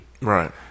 Right